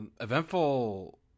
eventful